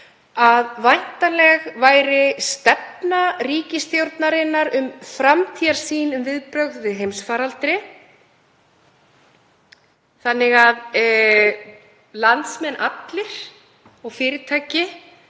að væntanleg væri stefna ríkisstjórnarinnar og framtíðarsýn um viðbrögð við heimsfaraldri þannig að landsmenn allir og fyrirtæki